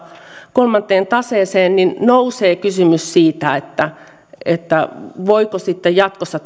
kolmanteen taseeseen nousee kysymys siitä voiko se sitten jatkossa